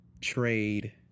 trade